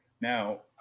Now